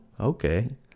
Okay